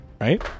right